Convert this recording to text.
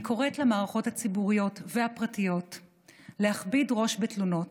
אני קוראת למערכות הציבוריות והפרטיות להכביד ראש בתלונות,